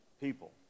people